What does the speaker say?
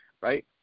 right